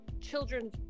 children's